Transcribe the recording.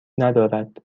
ندارد